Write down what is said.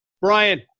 Brian